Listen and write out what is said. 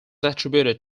attributed